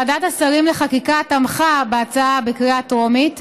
ועדת השרים לחקיקה תמכה בהצעה בקריאה טרומית,